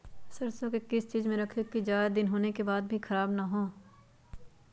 सरसो को किस चीज में रखे की ज्यादा दिन होने के बाद भी ख़राब ना हो?